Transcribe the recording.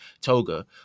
Toga